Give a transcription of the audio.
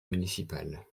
municipal